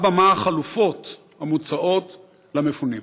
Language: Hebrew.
4. מה החלופות המוצעות למפונים?